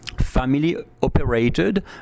family-operated